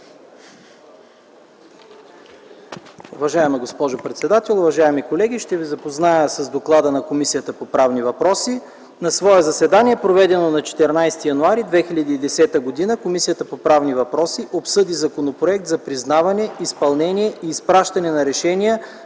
Уважаема госпожо председател, уважаеми колеги! Ще ви запозная с доклада на Комисията по правни въпроси: „На свое заседание, проведено на 14 януари 2010 г., Комисията по правни въпроси обсъди Законопроект за признаване, изпълнение и изпращане на решения